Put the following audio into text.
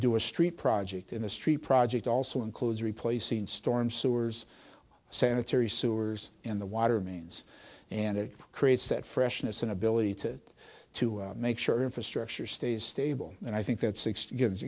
do a street project in the street project also includes replacing storm sewers sanitary sewers in the water mains and it creates that freshness an ability to to make sure the infrastructure stays stable and i think that sixty gi